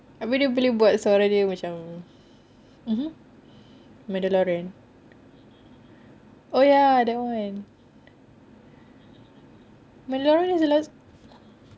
abeh dia boleh buat suara dia macam mmhmm mandolin orange oh ya that one mandolin orange was the last